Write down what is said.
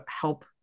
help